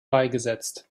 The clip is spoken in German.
beigesetzt